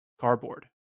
cardboard